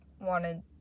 wanted